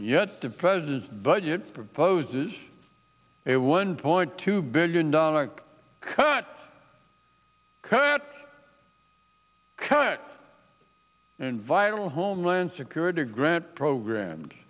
yet the president's budget proposes a one point two billion dollars cut cut and viral homeland security grant programs